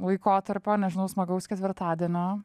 laikotarpio nežinau smagaus ketvirtadienio